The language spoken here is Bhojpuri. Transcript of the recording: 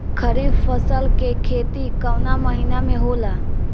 खरीफ फसल के खेती कवना महीना में होला?